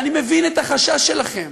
אני מבין את החשש שלכם.